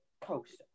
coast